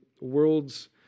world's